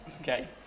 Okay